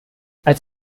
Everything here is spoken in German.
als